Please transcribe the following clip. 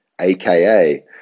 aka